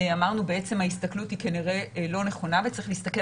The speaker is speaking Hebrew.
אמרנו בעצם ההסתכלות היא כנראה לא נכונה וצריך להסתכל